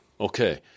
Okay